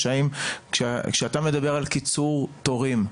כשאתה מדבר על קיצור תורים,